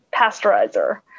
pasteurizer